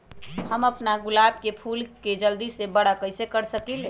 हम अपना गुलाब के फूल के जल्दी से बारा कईसे कर सकिंले?